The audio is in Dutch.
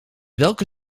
welke